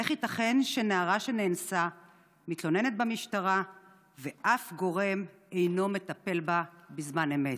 איך ייתכן שנערה שנאנסה מתלוננת במשטרה ואף גורם אינו מטפל בה בזמן אמת?